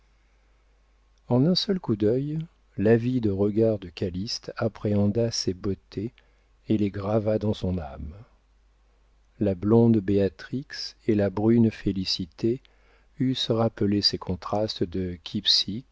en un seul coup d'œil l'avide regard de calyste appréhenda ces beautés et les grava dans son âme la blonde béatrix et la brune félicité eussent rappelé ces contrastes de